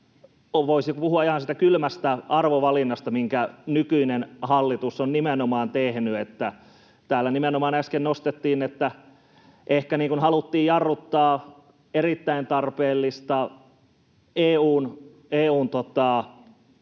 voisi puhua ihan siitä kylmästä arvovalinnasta, minkä nykyinen hallitus on nimenomaan tehnyt. Täällä nimenomaan äsken nostettiin, että ehkä haluttiin jarruttaa erittäin tarpeellista EU:n